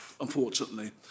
unfortunately